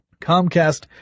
Comcast